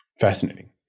Fascinating